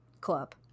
club